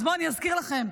אז בואו אני אזכיר לכם,